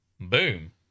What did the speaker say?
Boom